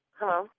Hello